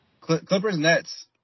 Clippers-Nets